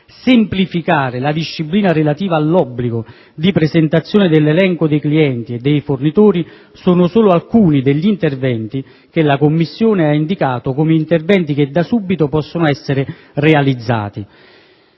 semplificare la disciplina relativa all'obbligo di presentazione dell'elenco dei clienti e dei fornitori, sono solo alcuni degli interventi che la Commissione ha indicato come interventi che da subito possono essere realizzati.